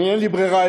אין לי ברירה,